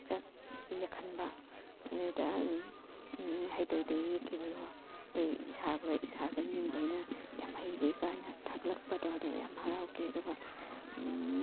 ꯈꯔ ꯌꯦꯛꯍꯟꯕ ꯑꯗꯨꯗ ꯑꯗꯨꯝ ꯍꯩꯇ ꯍꯩꯇ ꯌꯦꯛꯈꯤꯕꯗꯣ ꯑꯩꯈꯣꯏ ꯁꯥꯔ ꯍꯣꯏ ꯁꯥꯔ ꯍꯣꯏ ꯃꯦꯝ ꯍꯣꯏꯅ ꯌꯥꯝ ꯍꯩꯔꯦ ꯀꯥꯏꯅ ꯊꯥꯒꯠꯂꯛꯄꯗꯣ ꯑꯗꯣ ꯌꯥꯝ ꯍꯔꯥꯎꯈꯤ ꯑꯗꯨꯒ